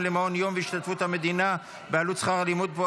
למעון יום בהשתתפות המדינה בעלות שכר הלימוד בו,